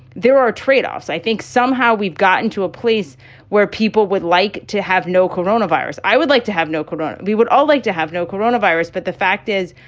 there are tradeoffs. i think somehow we've gotten to a place where people would like to have no coronavirus. i would like to have no coat on. we would all like to have no coronavirus. but the fact is,